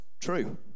true